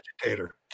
agitator